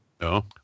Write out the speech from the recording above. No